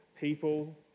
people